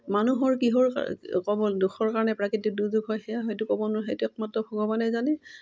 মানুহৰ কিহৰ ক'ব দুখৰ কাৰণে প্ৰাকৃতিক দুুৰ্যোগ হয় সেয়া হয়তো ক'ব নোৱাৰো সেইটো একমাত্ৰ ভগৱানেই জানে